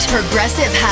Progressive